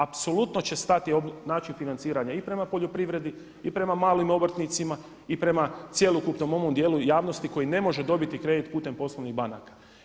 Apsolutno će stati način financiranja i prema poljoprivredi i prema malim obrtnicima i prema cjelokupnom ovom dijelu javnosti koji ne može dobiti kredit putem poslovnih banaka.